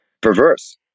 perverse